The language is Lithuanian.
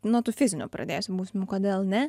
nuo tų fizinių pradėsim bausmių kodėl ne